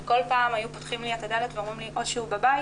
ובכל פעם היו פותחים לי את הדלת ואומרים לי או שהוא בבית,